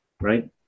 right